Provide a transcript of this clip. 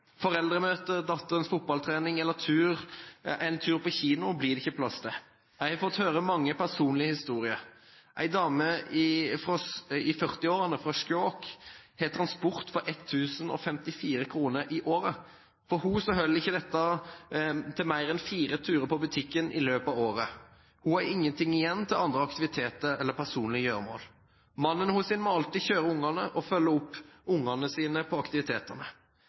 fotballtrening eller en tur på kino blir det ikke plass til. Jeg har fått høre mange personlige historier. En dame i 40-årene fra Skjåk har transport for 1 054 kr i året. For henne holder ikke dette til mer enn fire turer på butikken i løpet av året. Hun har ingenting igjen til andre aktiviteter eller personlige gjøremål. Mannen hennes må alltid kjøre ungene og følge opp